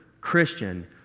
Christian